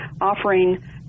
offering